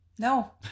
No